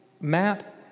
map